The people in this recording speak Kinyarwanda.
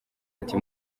ati